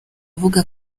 avuga